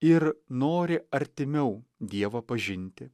ir nori artimiau dievą pažinti